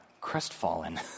crestfallen